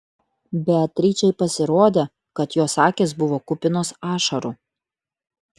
beatričei pasirodė kad jos akys buvo kupinos ašarų